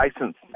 license